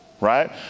Right